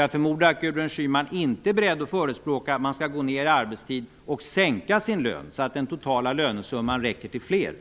Jag förmodar att Gudrun Schyman inte är beredd att förespråka att man skall gå ner i arbetstid och sänka sin lön så att den totala lönesumman räcker till fler.